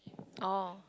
oh